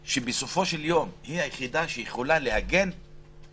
בסופו של יום זאת המערכת היחידה שיכולה להגן --- לא,